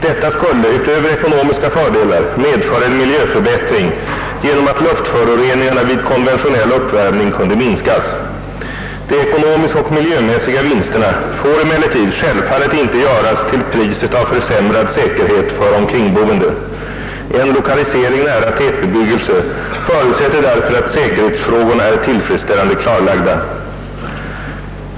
Detta skulle, utöver ekonomiska fördelar, medföra en miljöförbättring genom att luftföroreningarna vid konventionell uppvärmning kunde minskas. De ekonomiska och miljömässiga vinsterna får emellertid självfallet inte göras till priset av försämrad säkerhet för omkringboende. En lokalisering nära tätbebyggelse förutsätter därför att säkerhetsfrågorna är tillfredsställande klarlagda.